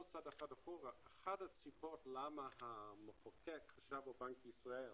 אחד הסיבות למה המחוקק חשב על בנק ישראל